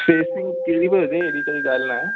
facing कहिड़ी बि हुजे अहिड़ी कहिड़ी ॻाल्हि न आहे